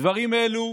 דברים אלו